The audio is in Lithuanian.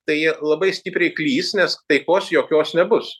tai jie labai stipriai klys nes taikos jokios nebus